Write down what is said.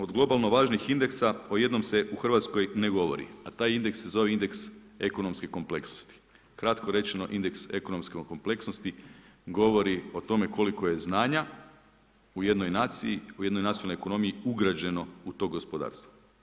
Od globalnom važnih indeksa o jednom se u Hrvatskoj ne govori a taj indeks se zove indeks ekonomske kompleksnosti, kratko rečeno indeks ekonomske kompleksnosti govori o tome koliko je znanja u jednoj naciji, u jednoj nacionalnoj ekonomiji ugrađeno u to gospodarstvo.